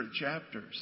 chapters